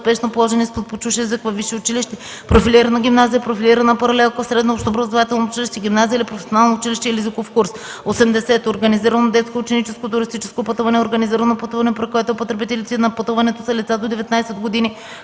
успешно положен изпит по чужд език във висше училище, профилирана гимназия, профилирана паралелка в средно общообразователно училище, гимназия или професионално училище или езиков курс. 80. „Организирано детско и ученическо туристическо пътуване” е организирано пътуване, при което потребителите на пътуването са лица до 19 години,